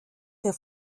der